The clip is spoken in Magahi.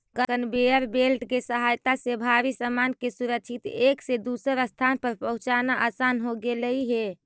कनवेयर बेल्ट के सहायता से भारी सामान के सुरक्षित एक से दूसर स्थान पर पहुँचाना असान हो गेलई हे